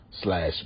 slash